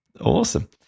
Awesome